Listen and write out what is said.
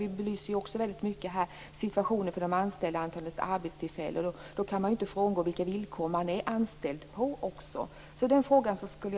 Vi belyser ju här också väldigt mycket situationen för de anställda och antalet anställda. Då kan man ju inte frångå de villkor på vilka man är anställd.